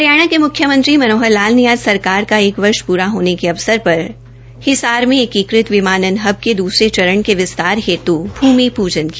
हरियाणा के मुख्यमंत्री श्री मनोहर लाल ने आज सरकार का एक वर्ष पूरा होने के अवसर पर हिसार में एकीकृत विमानन हब के द्रसरे चरण के विस्तार हेत् भूमि पूजन किया